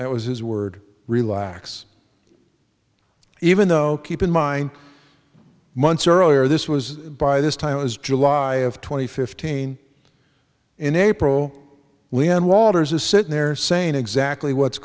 that was his word relax even though keep in mind months earlier this was by this time as july of two thousand and fifteen in april leon walters is sitting there saying exactly what's